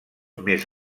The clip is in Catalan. més